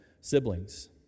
siblings